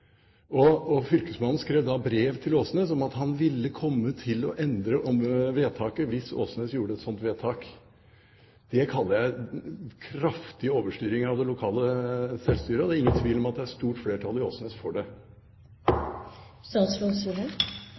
Fylkesmannen skrev da brev til Åsnes om at han ville komme til å endre vedtaket hvis Åsnes gjorde et sånt vedtak. Det kaller jeg kraftig overstyring av det lokale selvstyret. Det er ingen tvil om at det er stort flertall i Åsnes for det.